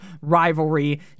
rivalry